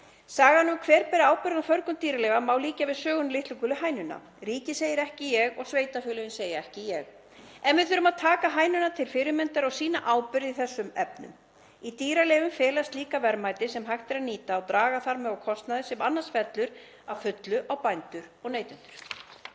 Sögunni um hver beri ábyrgð á förgun dýraleifa má líkja við söguna um litlu gulu hænuna. Ríkið segir: Ekki ég, og sveitarfélögin segja: Ekki ég. En við þurfum að taka hænuna okkur til fyrirmyndar og sýna ábyrgð í þessum efnum. Í dýraleifum felast líka verðmæti sem hægt er að nýta og draga þar með úr kostnaði sem annars fellur að fullu á bændur og neytendur.